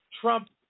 Trump